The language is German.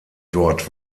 dort